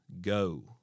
Go